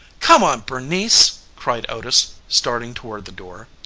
come on, bernice! cried otis, starting toward the door.